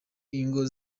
ingo